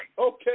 Okay